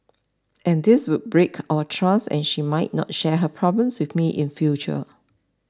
and this would break our trust and she might not share her problems with me in future